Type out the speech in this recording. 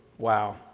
Wow